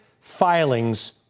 filings